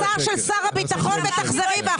זאת השמצה של שר הביטחון ותחזרי בך,